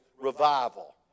revival